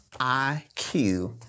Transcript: IQ